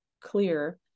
clear